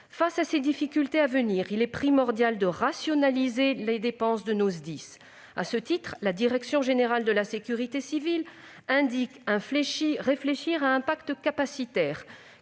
Face à ces difficultés à venir, il est primordial de rationaliser les dépenses de nos SDIS. À ce titre, la direction générale de la sécurité civile et de la gestion des crises